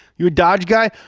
you a dodge guy?